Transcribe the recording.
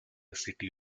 city